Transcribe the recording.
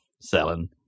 selling